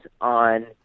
on